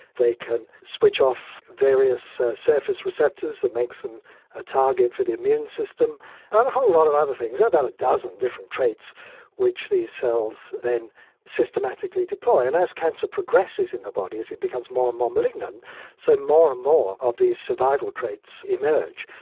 they can switch off various surface receptors that make them a target for the immune system and a whole lot of other things. there are about a dozen different traits which these cells then systematically deploy and as cancer progresses in the body, as it becomes more and more malignant so more and more of these survival traits emerge.